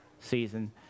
season